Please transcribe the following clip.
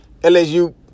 LSU